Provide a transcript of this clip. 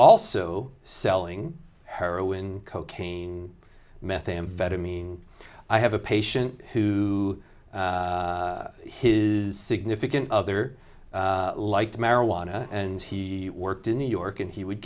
also selling heroin cocaine methamphetamine i have a patient who his significant other like marijuana and he worked in new york and he would